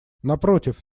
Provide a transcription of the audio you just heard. напротив